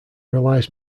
relies